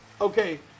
Okay